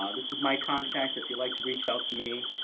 ah this is my contact if you'd like to reach out to me,